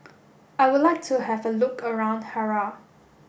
I would like to have a look around Harare